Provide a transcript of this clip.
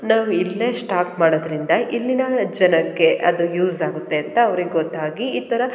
ನಾವು ಇಲ್ಲೇ ಶ್ಟಾಕ್ ಮಾಡೋದರಿಂದ ಇಲ್ಲಿಯ ಜನಕ್ಕೆ ಅದು ಯೂಸ್ ಆಗುತ್ತೆ ಅಂತ ಅವ್ರಿಗೆ ಗೊತ್ತಾಗಿ ಈ ಥರ